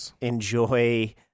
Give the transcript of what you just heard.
enjoy